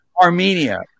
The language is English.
Armenia